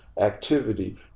activity